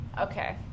Okay